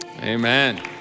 Amen